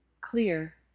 clear